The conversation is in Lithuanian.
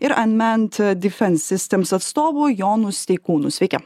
ir an ment difens sistims atstovu jonu steikūnu sveiki